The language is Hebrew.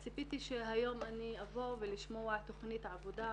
ציפיתי שהיום אני אבוא ואשמע תכנית עבודה,